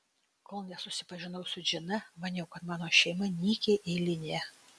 kol nesusipažinau su džina maniau kad mano šeima nykiai eilinė